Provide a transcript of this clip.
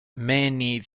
many